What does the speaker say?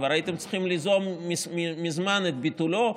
כבר הייתם צריכים ליזום מזמן את ביטולו,